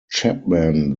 chapman